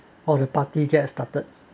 or the party get started